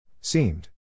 Seemed